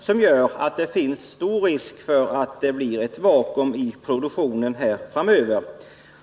Detta gör att det finns en stor risk för att det blir ett vakuum i produktionen framöver.